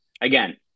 again